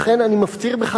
לכן אני מפציר בך,